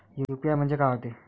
UPI म्हणजे का होते?